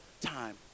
time